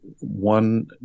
one